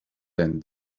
and